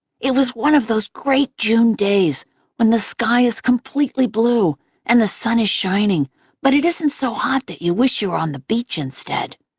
it was one of those great june days when the sky is completely blue and the sun is shining but it isn't so hot that you wish you were on the beach instead.